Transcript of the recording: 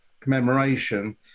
commemoration